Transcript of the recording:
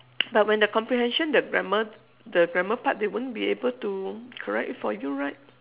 but when the comprehension the grammar the grammar part they won't be able to correct it for you right